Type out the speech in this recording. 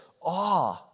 Awe